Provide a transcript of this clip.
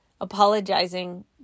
apologizing